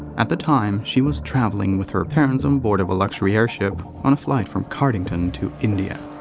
at the time, she was traveling with her parents on board of a luxury airship. on a flight from cardington to india.